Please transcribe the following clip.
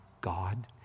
God